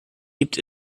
gibt